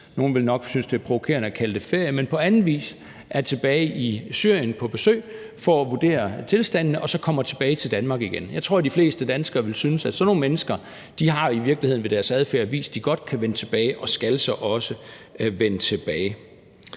nogle ville nok synes, det er provokerende at kalde det ferie – i Syrien for at vurdere tilstandene, og så kommer de tilbage til Danmark igen. Jeg tror, de fleste danskere ville synes, at sådan nogle mennesker i virkeligheden ved deres adfærd har vist, at de godt kan vende tilbage og skal så også vende tilbage.